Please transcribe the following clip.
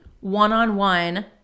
one-on-one